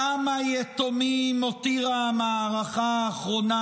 כמה יתומים הותירה המערכה האחרונה?